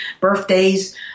birthdays